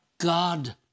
God